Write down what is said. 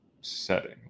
setting